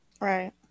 Right